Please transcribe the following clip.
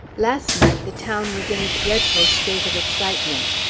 last night the town was in a dreadful state of excitement.